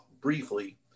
briefly